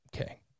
Okay